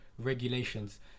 regulations